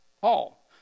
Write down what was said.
Paul